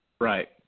Right